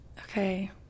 Okay